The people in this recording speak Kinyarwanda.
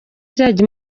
izajya